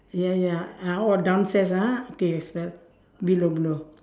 ya ya ah oh downstairs ah okay spell below below